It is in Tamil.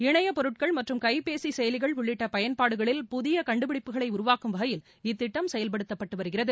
இணைய பொருட்கள் மற்றும் கைப்பேசி செயலிகள் உள்ளிட்ட பயன்பாடுகளில் புதிய கண்டுபிடிப்புகளை உருவாக்கும் வகையில் இத்திட்டம் செயல்படுத்தப்பட்டு வருகிறது